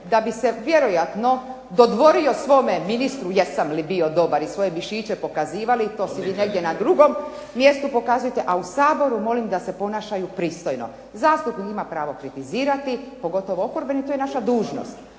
da bi se vjerojatno dodvorio svome ministru, jesam li bio dobar i svoje mišiće pokazivali, to si vi negdje na drugom mjestu pokazujte, a u Saboru molim da se ponašaju pristojno. Zastupnik ima pravo kritizirati, pogotovo oporbeni, to je naša dužnost.